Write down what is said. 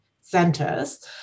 centers